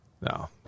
No